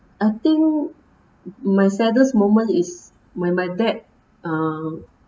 I think my saddest moment is when my dad um